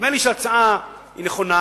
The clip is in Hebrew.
נדמה לי שההצעה היא נכונה,